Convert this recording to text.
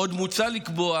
עוד מוצע לקבוע